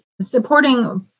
supporting